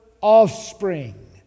offspring